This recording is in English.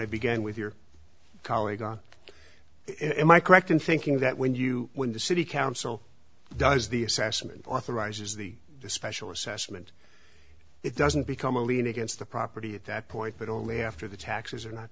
i began with your colleague on him i correct in thinking that when you when the city council does the assessment authorizes the special assessment it doesn't become a lien against the property at that point but only after the taxes are not